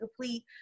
complete